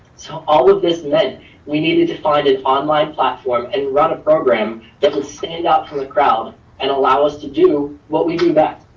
so all of this meant we needed to find an online platform and run a program that will stand out from the crowd and allow us to do what we do best.